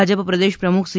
ભાજપ પ્રદેશ પ્રમુખ સી